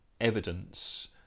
evidence